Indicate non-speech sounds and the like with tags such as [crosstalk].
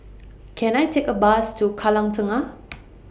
[noise] Can I Take A Bus to Kallang Tengah